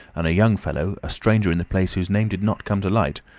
and a young fellow, a stranger in the place whose name did not come to light,